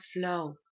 flow